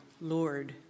Lord